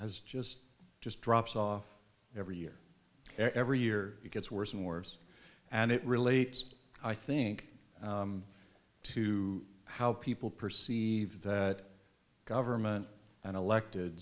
has just just drops off every year every year it gets worse and worse and it relates i think to how people perceive that government and elected